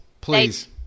Please